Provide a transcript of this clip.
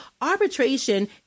arbitration